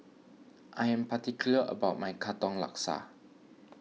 I am particular about my Katong Laksa